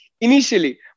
initially